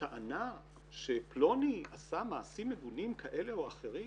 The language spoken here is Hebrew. טענה שפלוני עשה מעשים מגונים כאלה או אחרים?